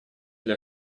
для